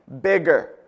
bigger